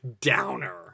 downer